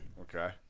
Okay